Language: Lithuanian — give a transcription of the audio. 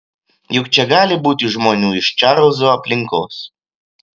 juk čia gali būti žmonių iš čarlzo aplinkos